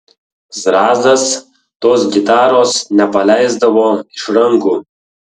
zrazas tos gitaros nepaleisdavo iš rankų